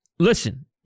Listen